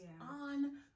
on